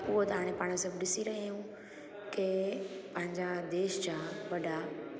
उहा त हाणे पाणि सभु ॾिसी रहिया आहियूं की पंहिंजा देश जा वड़ा